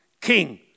king